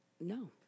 no